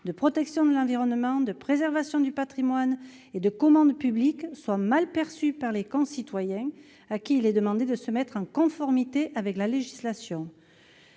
de protection de l'environnement, de préservation du patrimoine et de commande publique, soit mal perçue par les concitoyens à qui il est demandé de se mettre en conformité avec la législation.